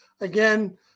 again